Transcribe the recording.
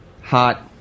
hot